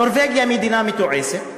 נורבגיה מדינה מתועשת,